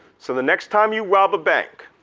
so the next time you rob a bank,